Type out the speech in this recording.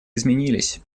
изменились